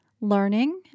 learning